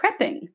prepping